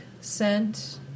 scent